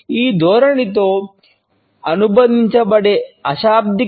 ఈ ధోరణితో అనుబంధించబడే అశాబ్దిక